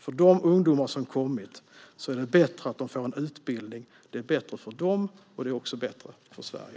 Det är bättre att de ungdomar som har kommit får en utbildning. Det är bättre för dem, och det är bättre för Sverige.